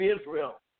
Israel